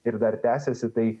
ir dar tęsiasi tai